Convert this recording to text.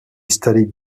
studied